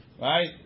Right